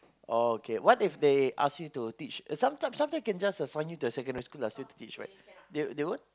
oh okay what if they ask you to teach uh sometime sometime they can just assign you to secondary school to teach they they won't